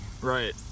Right